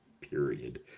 period